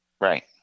Right